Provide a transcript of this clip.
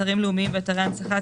אתרים לאומיים ואתרי הנצחה,